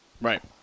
Right